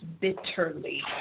bitterly